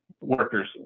workers